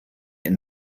and